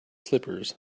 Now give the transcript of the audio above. slippers